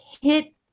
hit